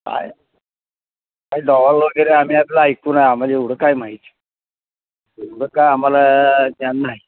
आहे नाही डवल वगैरे आम्ही आपला ऐकून आहे आम्हाला एवढं काय माहित एवढं काय आम्हाला ज्ञान नाही